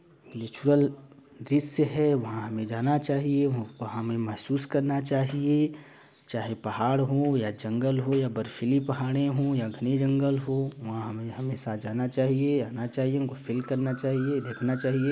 natural दृश्य है वहाँ हमें जाना चाहिए हम वहाँ हमें महसूस करना चाहिए चाहे पहाड़ हों या जंगल हो या बर्फीली पहाड़ें हो या घने जंगल हो वहाँ हमें हमेशा जाना चाहिए आना चाहिए उनको फ़ील करना चाहिए देखना चाहिए